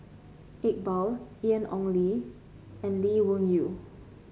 Iqbal Ian Ong Li and Lee Wung Yew